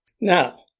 Now